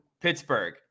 Pittsburgh